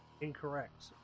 Incorrect